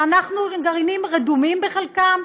גרעינים רדומים בחלקם.